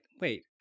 wait